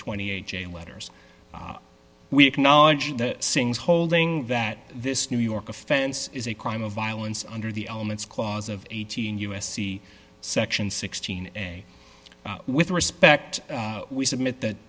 twenty eight j letters we acknowledge the sings holding that this new york offense is a crime of violence under the elements clause of eighteen u s c section sixteen a with respect we submit that